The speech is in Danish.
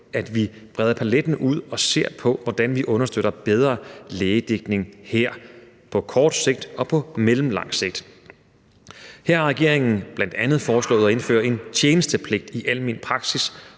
at brede paletten ud og se på, hvordan vi understøtter bedre lægedækning her på kort sigt og på mellemlang sigt. Her har regeringen bl.a. foreslået at indføre en tjenestepligt i almen praksis